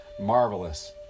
marvelous